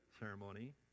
ceremony